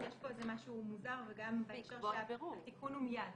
אז יש פה משהו מוזר, וגם בקשה שהתיקון הוא מייד,